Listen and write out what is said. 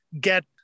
get